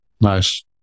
Nice